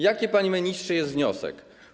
Jaki, panie ministrze, jest wniosek?